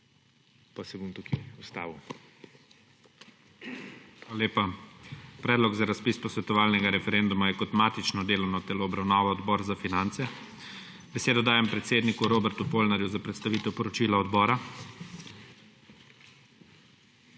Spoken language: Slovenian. pa se bom tukaj ustavil.